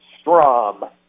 Strom